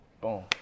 Boom